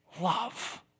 Love